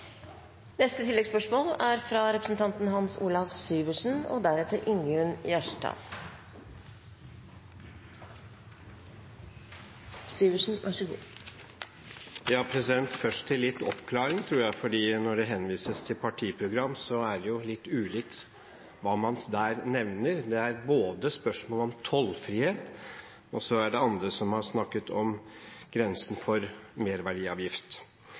Hans Olav Syversen – til oppfølgingsspørsmål. Først til litt oppklaring, tror jeg, for når det henvises til partiprogram, er det jo litt ulikt hva man der nevner – det er spørsmål om tollfrihet, og så er det andre som har snakket om grensen for merverdiavgift.